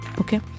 okay